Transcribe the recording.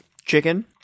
chicken